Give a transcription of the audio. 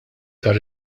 tar